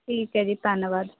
ਠੀਕ ਹੈ ਜੀ ਧੰਨਵਾਦ